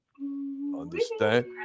Understand